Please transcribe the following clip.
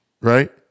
Right